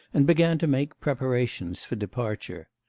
and began to make preparations for departure.